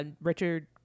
Richard